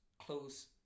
close